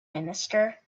minister